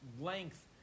length